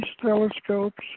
telescopes